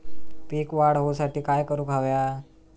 पीक वाढ होऊसाठी काय करूक हव्या?